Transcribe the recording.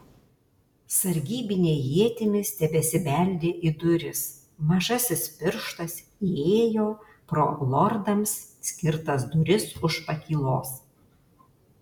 sargybiniai ietimis tebesibeldė į duris mažasis pirštas įėjo pro lordams skirtas duris už pakylos